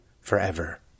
forever